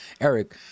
Eric